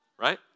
Right